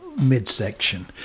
midsection